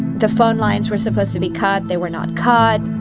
the phone lines were supposed to be cut. they were not cut,